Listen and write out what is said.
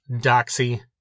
Doxy